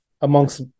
amongst